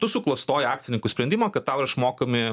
tu suklastojo akcininkų sprendimą kad tau išmokami